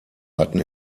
hatten